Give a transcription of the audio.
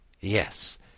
Yes